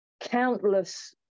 countless